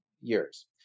years